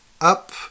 up